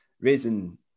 raising